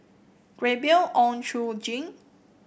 Gabriel Oon Chong Jin